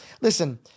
listen